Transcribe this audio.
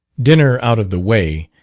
dinner out of the way,